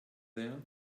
there